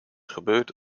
gebeurd